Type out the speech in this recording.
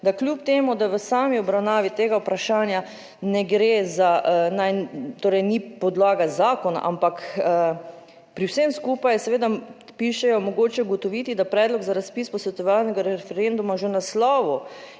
da kljub temu, da v sami obravnavi tega vprašanja ne gre za, torej ni podlaga zakona. Ampak pri vsem skupaj je seveda, pišejo mogoče ugotoviti, da predlog za razpis posvetovalnega referenduma že v naslovu